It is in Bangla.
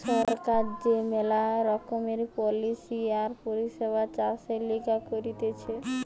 সরকার যে মেলা রকমের পলিসি আর পরিষেবা চাষের লিগে করতিছে